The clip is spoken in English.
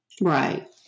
right